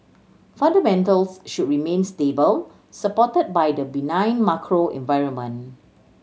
fundamentals should remain stable supported by the benign macro environment